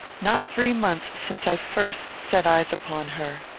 not three months since i first set eyes upon her.